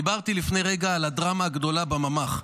דיברתי לפני רגע על הדרמה הגדולה בממ"ח,